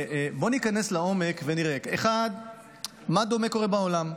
בואו ניכנס לעומק ונראה: 1. מה קורה באופן דומה בעולם?